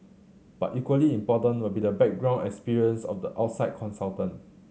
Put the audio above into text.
but equally important will be the background experience of the outside consultant